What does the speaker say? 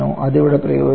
അതിവിടെ പ്രയോഗിക്കാം